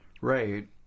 Right